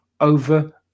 over